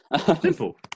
simple